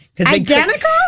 Identical